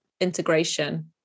Integration